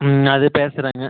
ம் அது பேசுறேங்க